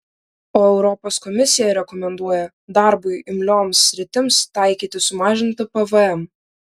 o europos komisija rekomenduoja darbui imlioms sritims taikyti sumažintą pvm